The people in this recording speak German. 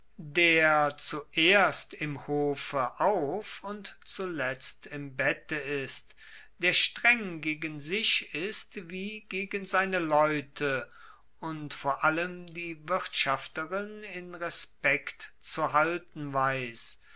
der zuerst im hofe auf und zuletzt im bette ist der streng gegen sich ist wie gegen seine leute und vor allem die wirtschafterin in respekt zu halten weiss